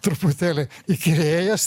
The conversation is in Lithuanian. truputėlį įkyrėjęs